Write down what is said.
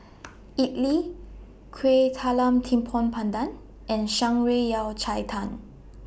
Idly Kueh Talam Tepong Pandan and Shan Rui Yao Cai Tang